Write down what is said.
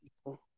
people